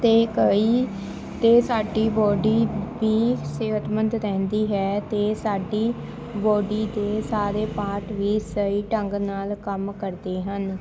ਅਤੇ ਕਈ ਅਤੇ ਸਾਡੀ ਬੋਡੀ ਵੀ ਸਿਹਤਮੰਦ ਰਹਿੰਦੀ ਹੈ ਅਤੇ ਸਾਡੀ ਬੋਡੀ ਦੇ ਸਾਰੇ ਪਾਰਟ ਵੀ ਸਹੀ ਢੰਗ ਨਾਲ ਕੰਮ ਕਰਦੇ ਹਨ